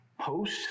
post